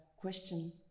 question